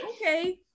okay